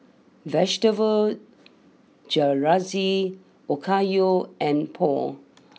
Vegetable Jalfrezi Okayu and Pho